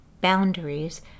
Boundaries